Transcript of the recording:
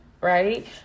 right